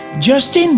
Justin